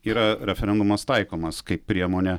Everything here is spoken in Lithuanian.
yra referendumas taikomas kaip priemonė